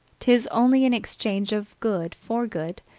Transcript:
tis only an exchange of good for good,